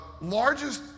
largest